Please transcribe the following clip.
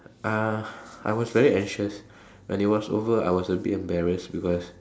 uh I was very anxious when it was over I was a bit embarrassed because